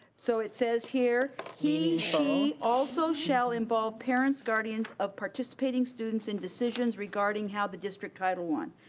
so it says here, he she also shall involve parents, guardians of participating students in decisions regarding how the district title one,